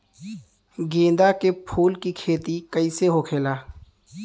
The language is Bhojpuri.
गेंदा के फूल की खेती कैसे होखेला?